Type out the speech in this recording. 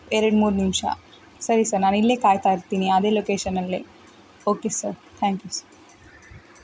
ಎರಡು ಮೂರು ನಿಮಿಷ ಸರಿ ಸರ್ ನಾನು ಇಲ್ಲೇ ಕಾಯ್ತಾ ಇರ್ತೀನಿ ಅದೇ ಲೊಕೇಷನಲ್ಲೇ okay sir thank you sir